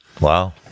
Wow